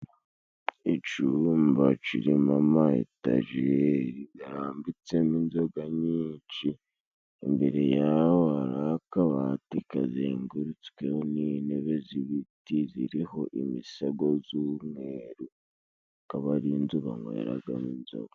Icumba kirimo ama etajeri garambitsemo inzoga nyinshi ,imbere yaho hari akabati kazengurutsweho n'intebe z'ibiti ziriho imisego z'umweru ,akaba ari inzu banyweragamo inzoga.